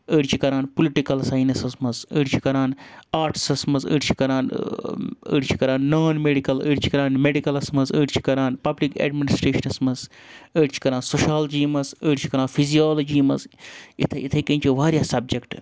أڑۍ چھِ کَران پُلٹِکَل ساینَسَس مَنٛز أڑۍ چھِ کَران آٹسَس مَنٛز أڑۍ چھِ کَران أڈۍ چھِ کَران نان میڈِکَل أڑۍ چھِ کَران میڈِکَلَس مَنٛز أڑۍ چھِ کَران پَبلِک ایٮڈمِنِسٹریشنَس مَنٛز أڑۍ چھِ کَران سوشالجی مَنٛز أڑۍ چھِ کَران فِزیالجی مَنٛز اِتھے اِتھَے کٔنۍ چھِ واریاہ سَبجَکٹ